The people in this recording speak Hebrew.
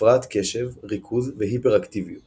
הפרעת קשב, ריכוז והיפראקטיביות